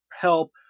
help